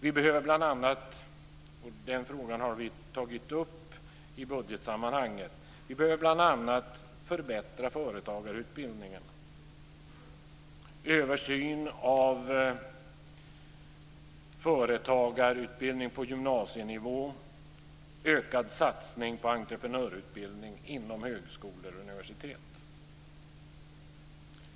Vi behöver bl.a. - och den frågan har vi tagit upp i budgetsammanhang - förbättra företagarutbildningen och få en översyn av företagarutbildningen på gymnasienivå samt en ökad satsning på entreprenörsutbildning inom högskolor och universitet.